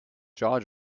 jaw